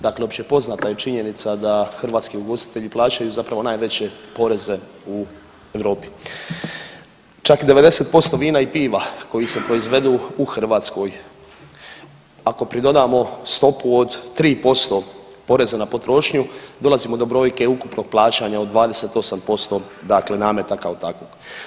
Dakle, općepoznata je činjenica da hrvatski ugostitelji plaćaju zapravo najveće poreze u Europi, čak 90% vina i piva koji se proizvedu u Hrvatskoj ako pridodano stopu od 3% poreza na potrošnju dolazimo do brojke ukupnog plaćanja od 28% nameta kao takvog.